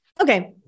Okay